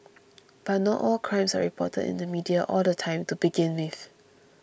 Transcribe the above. but not all crimes are reported in the media all the time to begin with